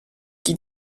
chi